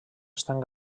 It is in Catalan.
estan